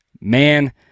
Man